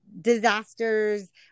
disasters